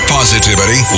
positivity